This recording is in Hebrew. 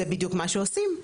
זה בדיוק מה שעושים.